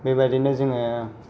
बेबायदिनो जोङो